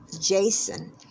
Jason